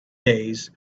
days